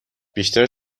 بیشتر